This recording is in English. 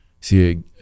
See